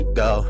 go